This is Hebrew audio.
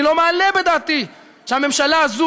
אני לא מעלה בדעתי שהממשלה הזאת,